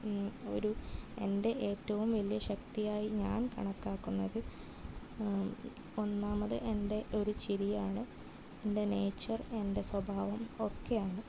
ഒരു എൻ്റെ ഏറ്റവും വലിയ ശക്തിയായി ഞാൻ കണക്കാണുന്നത് ഒന്നാമത് എൻ്റെ ഒരു ചിരിയാണ് എൻ്റെ നേച്ചർ എൻ്റെ സ്വഭാവം ഒക്കെയാണ്